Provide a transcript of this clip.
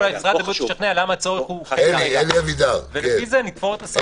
לא צריך לשכנע למה הצורך הוא --- ולפי זה נתפור את הסמכות.